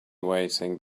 waiting